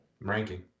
ranking